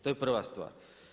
To je prva stvar.